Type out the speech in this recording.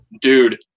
dude